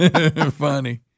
Funny